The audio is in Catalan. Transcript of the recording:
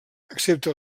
excepte